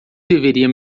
deveria